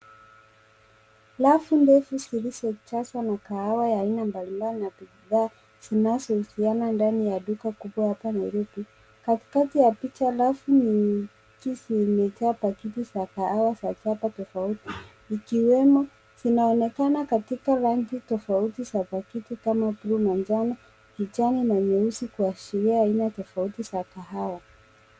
Rafu ndefu zilizojazwa na kahawa ya aina mbalimbali na bidhaa, zinazohusiana ndani ya duka kubwa hapa Nairobi. Katikati ya picha rafu nyingi zimejaa pakiti za kahawa za chapa tofauti, zikiwemo zinaonekana katika rangi tofauti za pakiti kama bluu na njano, kijani na nyeusi kuashiria aina tofauti za kahawa.